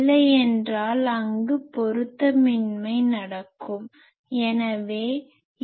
இல்லையென்றால் அங்கு பொருத்தமின்மை நடக்கும் எனவே இழப்பு இருக்கும்